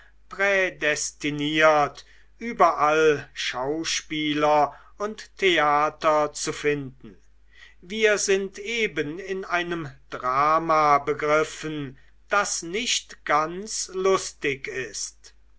prädestiniert überall schauspieler und theater zu finden wir sind eben in einem drama begriffen das nicht ganz lustig ist